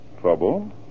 Trouble